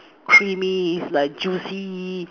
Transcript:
creamy like juicy